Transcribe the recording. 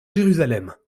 jérusalem